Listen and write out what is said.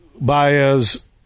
Baez